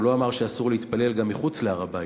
הוא לא אמר שאסור להתפלל גם מחוץ להר-הבית.